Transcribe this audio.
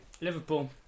Liverpool